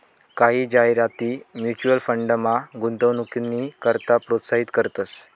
कायी जाहिराती म्युच्युअल फंडमा गुंतवणूकनी करता प्रोत्साहित करतंस